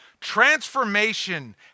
Transformation